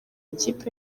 ikipe